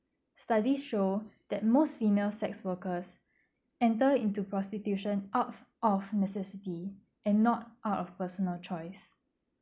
studies show that most female sex workers enter into prostitution out of necessity and not out of personal choice